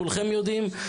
כולכם יודעים?